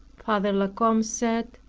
father la combe said,